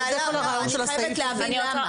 לא, לא, אני חייבת להבין למה?